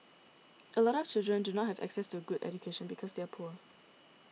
a lot of children do not have access to a good education because they are poor